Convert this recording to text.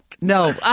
no